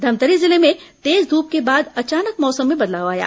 धमतरी जिले में तेज धूप के बाद अचानक मौसम में बदलाव आया